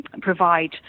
provide